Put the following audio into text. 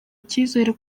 icyizere